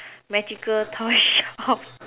magical toyshop